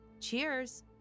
Cheers